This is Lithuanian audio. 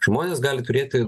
žmonės gali turėti